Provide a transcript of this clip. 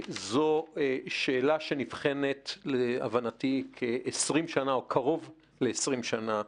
זו שאלה שנבחנת להבנתי קרוב ל-20 שנה.